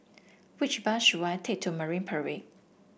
which bus should I take to Marine Parade